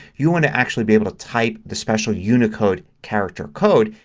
you want to actually be able to type the special unicode character code.